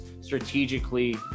strategically